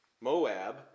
Moab